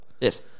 yes